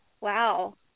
Wow